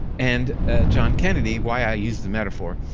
and john kennedy, why i use the metaphor,